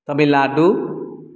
Tamil Nadu